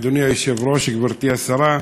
אדוני היושב-ראש, גברתי השרה,